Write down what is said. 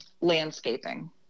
Landscaping